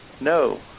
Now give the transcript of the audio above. No